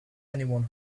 anyone